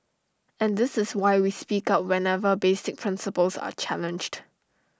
and this is why we speak up whenever basic principles are challenged